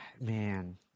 man